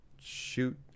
shoot